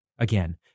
Again